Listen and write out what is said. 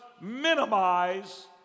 minimize